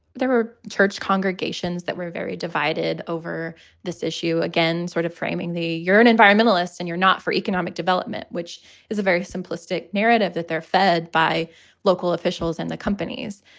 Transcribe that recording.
there were church congregations that were very divided over this issue. again, sort of framing the. you're an environmentalist and you're not for economic development, which is a very simplistic narrative that they're fed by local officials and the companies.